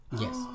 Yes